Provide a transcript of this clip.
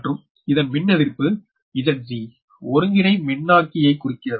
மற்றும் இதன் மின்னெதிர்ப்பு Zg ஒருங்கிணை மின்னாக்கியைகுறிக்கிறது